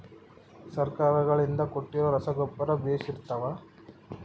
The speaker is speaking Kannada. ಸರ್ಕಾರಗಳಿಂದ ಕೊಟ್ಟಿರೊ ರಸಗೊಬ್ಬರ ಬೇಷ್ ಇರುತ್ತವಾ?